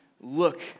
look